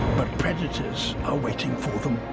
but predators are waiting for them.